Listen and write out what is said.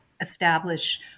establish